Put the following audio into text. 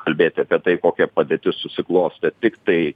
kalbėt apie tai kokia padėtis susiklostė tiktai